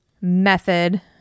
method